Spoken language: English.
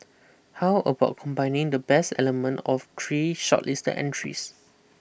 how about combining the best element of three shortlist entries